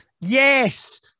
Yes